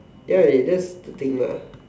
ya dey that's the thing lah